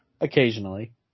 Occasionally